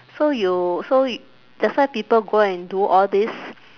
so you so that's why people go and do all this